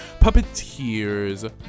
Puppeteers